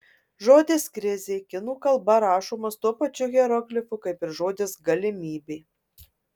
žodis krizė kinų kalba rašomas tuo pačiu hieroglifu kaip ir žodis galimybė